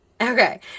okay